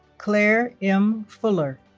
claire m. fuller